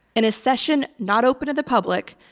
in a session not open to the public,